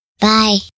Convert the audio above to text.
Bye